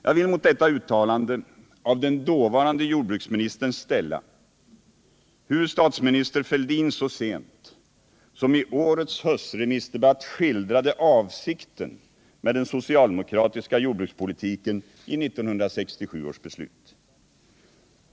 Jag vill mot detta uttalande av den dåvarande jordbruksministern ställa hur statsminister Fälldin så sent som i årets höstremissdebatt skildrade avsikten med den socialdemokratiska jordbrukspolitiken i 1967 års beslut.